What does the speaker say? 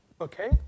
Okay